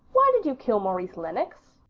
why did you kill maurice lennox?